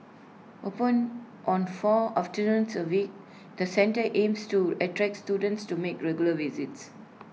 open on four afternoons A week the centre aims to attract students to make regular visits